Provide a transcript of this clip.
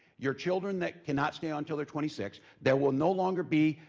your children that cannot stay on til they're twenty six. there will no longer be,